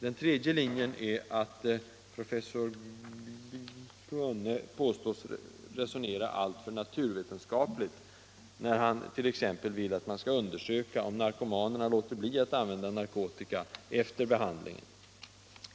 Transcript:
Den tredje linjen är att professor Gunne påstås resonera alltför ”naturvetenskapligt” när han t.ex. vill att man skall undersöka om narkomanerna låter bli att använda narkotika efter behandlingen.